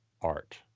art